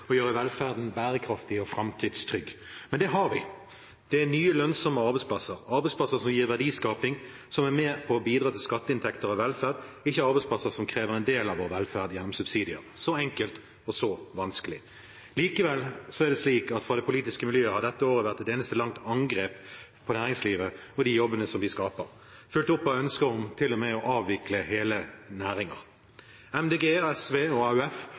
og gjøre velferden bærekraftig og framtidstrygg? Men det har vi. Det er nye, lønnsomme arbeidsplasser – arbeidsplasser som gir verdiskaping, som er med på å bidra til skatteinntekter og velferd, ikke arbeidsplasser som krever en del av vår velferd gjennom subsidier. Så enkelt og så vanskelig. Likevel er det slik at fra det politiske miljøet har dette året vært et eneste langt angrep på næringslivet og de jobbene som de skaper, fulgt opp av ønsker om til og med å avvikle hele næringer. Miljøpartiet De Grønne, SV og